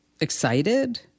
excited